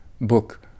book